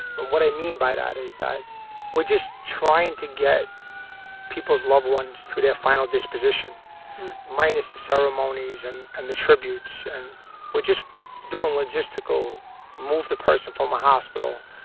and what i mean by that is that we're just trying to get people's loved ones to their final disposition minus the ceremonies and and the tributes. and we're just doing logistical move the person from a hospital,